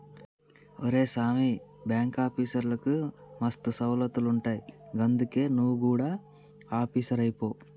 ఒరే సామీ, బాంకాఫీసర్లకు మస్తు సౌలతులుంటయ్ గందుకే నువు గుడ ఆపీసరువైపో